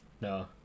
No